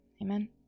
Amen